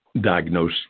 diagnose